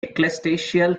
ecclesiastical